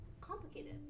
complicated